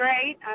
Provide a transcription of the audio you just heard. great